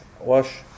wash